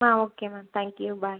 ah okay ma'am thank you bye